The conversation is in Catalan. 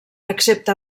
excepte